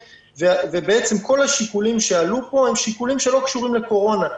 ובעצם כל השיקולים שעלו פה הם שיקולים שלא קשורים לקורונה.